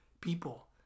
people